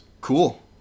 Cool